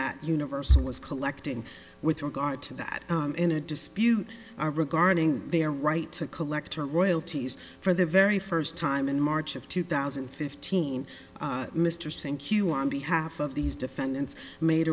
that universal was collecting with regard to that in a dispute are regarding their right to collect her royalties for the very first time in march of two thousand and fifteen mr singh q on behalf of these defendants made